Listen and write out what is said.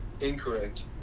Incorrect